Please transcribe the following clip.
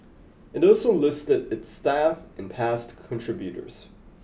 it also listed its staff and past contributors